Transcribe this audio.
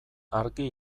argi